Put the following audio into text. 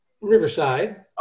Riverside